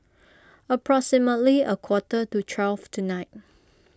approximately a quarter to twelve tonight